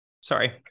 Sorry